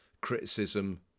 criticism